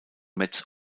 metz